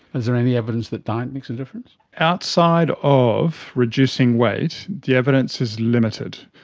is there any evidence that diet makes a difference? outside of reducing weight, the evidence is limited.